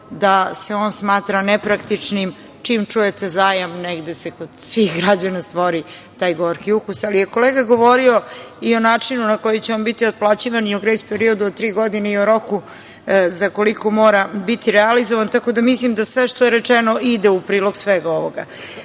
da se on smatra nepraktičnim, čim čujete zajam, negde se kod svih građana stvori gorki ukus, ali je kolega govorio i o načinu na koji će on biti otplaćivan i o grejs periodu od tri godine i o roku za koliko mora biti realizovan, tako da mislim da sve što je rečeno ide u prilog svega ovoga. Brzi